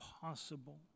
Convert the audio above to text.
possible